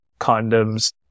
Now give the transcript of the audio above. condoms